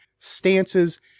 stances